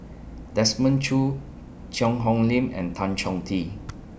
Desmond Choo Cheang Hong Lim and Tan Chong Tee